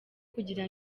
kugira